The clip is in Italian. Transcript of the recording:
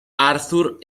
arthur